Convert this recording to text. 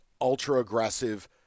ultra-aggressive